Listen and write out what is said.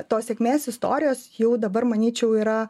tos sėkmės istorijos jau dabar manyčiau yra